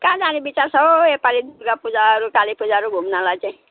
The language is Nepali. कहाँ जाने विचार छ हौ यो पालि दुर्गापूजाहरू कालीपूजाहरू घुम्नलाई चाहिँ